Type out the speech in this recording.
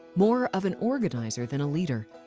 more of an organizer than a leader.